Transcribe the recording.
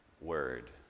word